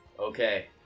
Okay